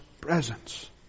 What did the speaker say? presence